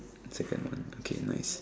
second one okay nice